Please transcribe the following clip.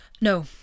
No